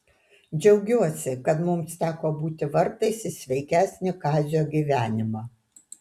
džiaugiuosi kad mums teko būti vartais į sveikesnį kazio gyvenimą